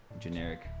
Generic